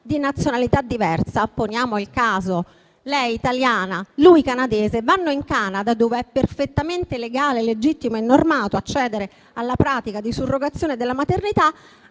di nazionalità diversa - poniamo il caso lei italiana e lui canadese - si reca in Canada, dove è perfettamente legale, legittimo e normato accedere alla pratica di surrogazione della maternità;